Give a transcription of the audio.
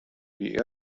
die